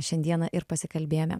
šiandieną ir pasikalbėjome